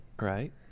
Right